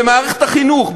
במערכת החינוך,